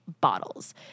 bottles